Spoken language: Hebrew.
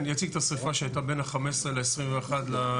אני אציג את השריפה שהייתה בין ה-15-21 לאוגוסט,